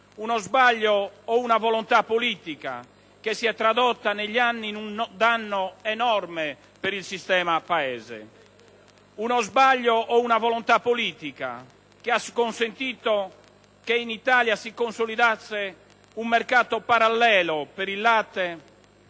Uno sbaglio o una volontà politica che si è tradotta, negli anni, in un danno enorme per il sistema Paese. Uno sbaglio o una volontà politica che ha consentito che in Italia si consolidasse un mercato parallelo per il latte,